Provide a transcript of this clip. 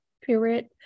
period